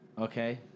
Okay